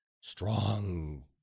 strong